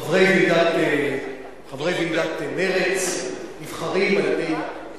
חברי ועידת מרצ נבחרים על-ידי